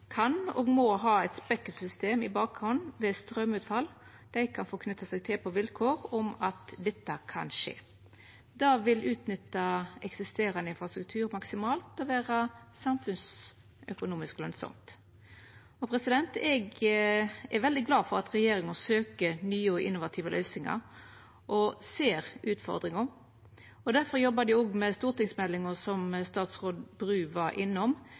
kan og må ha eit backup-system i bakhand ved straumutfall. Dei kan knyta seg til på vilkår av at straumutfall kan skje. Det vil utnytta eksisterande infrastruktur maksimalt og vera samfunnsøkonomisk lønsamt. Eg er veldig glad for at regjeringa søkjer nye og innovative løysingar og ser utfordringane. Difor jobbar dei også med ei stortingsmelding, som statsråd Bru var innom,